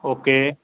okay